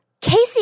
Casey